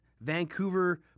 Vancouver